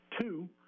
two